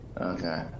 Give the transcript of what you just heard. Okay